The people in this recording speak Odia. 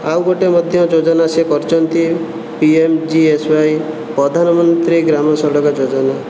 ଆଉ ଗୋଟିଏ ମଧ୍ୟ ଯୋଜନା ସେ କରିଛନ୍ତି ପିଏମ୍ଜିଏସ୍ୱାଇ ପ୍ରଧାନମନ୍ତ୍ରୀ ଗ୍ରାମ୍ୟ ସଡ଼କ ଯୋଜନା